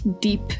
deep